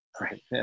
Right